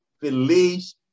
Feliz